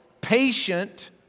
patient